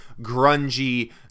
grungy